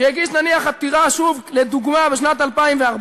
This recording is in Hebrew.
שהגיש, נניח, עתירה, שוב, לדוגמה, בשנת 2014,